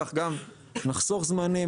וכך גם נחסוך זמנים,